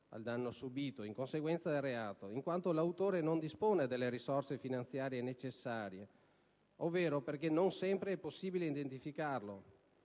al danno subito in conseguenza del reato, in quanto l'autore non dispone delle risorse finanziarie necessarie, ovvero perché non sempre è possibile identificarlo,